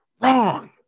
wrong